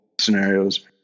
scenarios